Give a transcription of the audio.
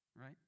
Right